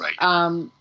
right